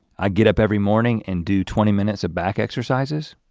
i get up every morning and do twenty minutes of back exercises.